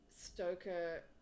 Stoker